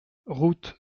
route